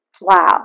Wow